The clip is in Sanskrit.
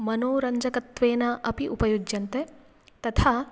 मनोरञ्जकत्वेन अपि उपयुज्यन्ते तथा